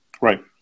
Right